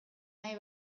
nahi